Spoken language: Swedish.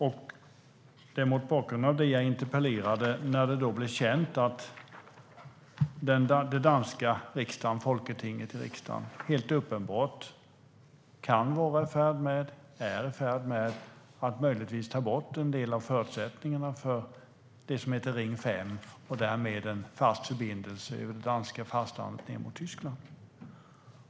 Det var mot bakgrund av det jag interpellerade när det blev känt att den danska riksdagen, folketinget, helt uppenbart kan vara i färd med att ta bort en del av förutsättningarna för Ring 5 och därmed en fast förbindelse över det danska fastlandet ned mot Tyskland.